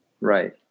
Right